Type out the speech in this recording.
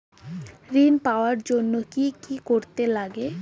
ঋণ পাওয়ার জন্য কি কি করতে লাগে?